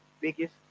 biggest